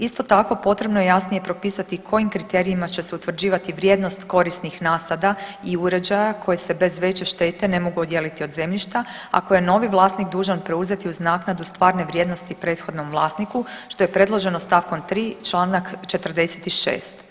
Isto tako, potrebno je jasnije propisati kojim kriterijima će se utvrđivati vrijednost korisnih nasada i uređaja koji se bez veće štete ne mogu odijeliti od zemljišta a koje je novi vlasnik dužan preuzeti uz naknadu stvarne vrijednosti prethodnom vlasniku što je predloženo stavkom tri članak 46.